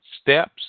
steps